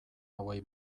hauei